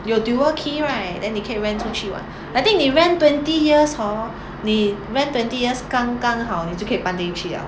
有 dual key right then 你可以 rent 出去 [what] I think 你 rent twenty years hor 你 rent twenty years 刚刚好你就可以搬进去 liao